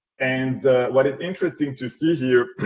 and what is interesting to see here,